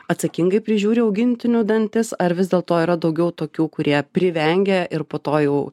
atsakingai prižiūri augintinių dantis ar vis dėlto yra daugiau tokių kurie privengia ir po to jau